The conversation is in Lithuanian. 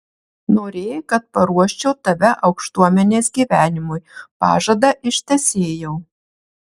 norėjai kad paruoščiau tave aukštuomenės gyvenimui pažadą ištesėjau